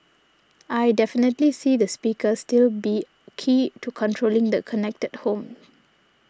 I definitely see the speaker still be key to controlling the connected home